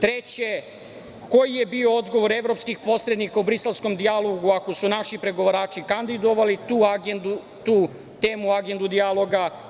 Treće, koji je bio odgovor evropskih posrednika u briselskom dijalogu ako su naši pregovarači kandidovali tu temu u agendu dijaloga?